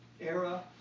era